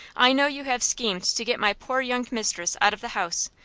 i know you have schemed to get my poor young mistress out of the house,